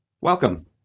Welcome